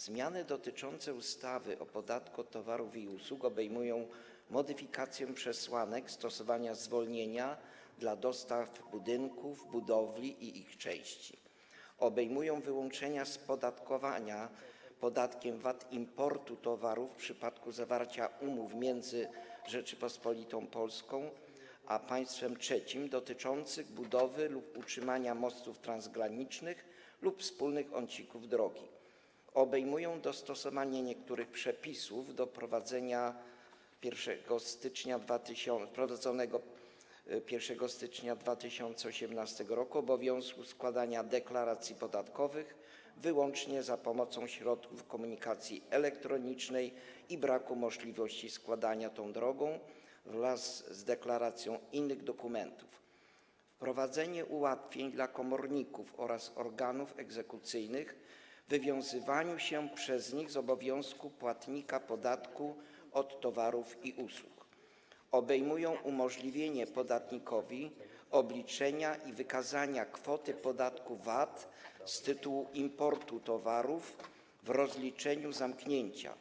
Zmiany dotyczące ustawy o podatku od towarów i usług obejmują: modyfikację przesłanek stosowania zwolnienia dla dostaw budynków, budowli i ich części, wyłączenie z opodatkowania podatkiem VAT importu towarów w przypadku zawarcia między Rzecząpospolitą Polską a państwem trzecim umów dotyczących budowy lub utrzymania mostów transgranicznych lub wspólnych odcinków drogi, dostosowanie niektórych przepisów wprowadzonego 1 stycznia 2018 r. obowiązku składania deklaracji podatkowych wyłącznie za pomocą środków komunikacji elektronicznej i braku możliwości składania tą drogą wraz z deklaracją innych dokumentów, wprowadzenie ułatwień dla komorników oraz organów egzekucyjnych w wywiązywaniu się przez nich z obowiązku płatnika podatku od towarów i usług, umożliwienie podatnikowi obliczenia i wykazania kwoty podatku VAT z tytułu importu towarów w rozliczeniu zamknięcia,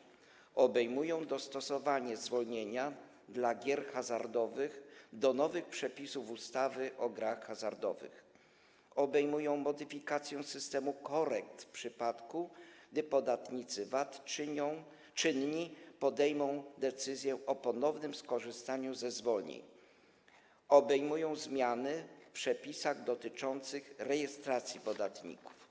dostosowanie zwolnienia dla gier hazardowych do nowych przepisów ustawy o grach hazardowych, modyfikację systemu korekt w przypadku, gdy czynni podatnicy VAT podejmą decyzję o ponownym skorzystaniu ze zwolnień, oraz zmiany w przepisach dotyczących rejestracji podatników.